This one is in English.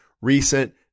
recent